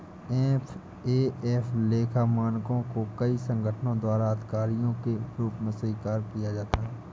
FAF लेखा मानकों को कई संगठनों द्वारा आधिकारिक के रूप में स्वीकार किया जाता है